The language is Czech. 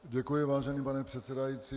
Děkuji, vážený pane předsedající.